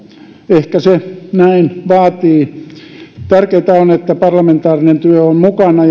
ehkä se näin vaatii tärkeintä on että parlamentaarinen työ on mukana